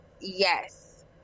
yes